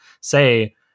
say